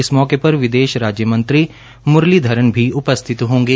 इस मौके पर विदेश राज्य मंत्री मुरलीधरन भी उपस्थित होंगे